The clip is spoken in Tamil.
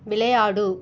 விளையாடு